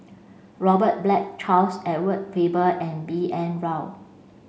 Robert Black Charles Edward Faber and B N Rao